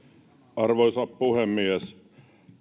arvoisa puhemies